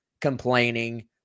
complaining